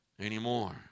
anymore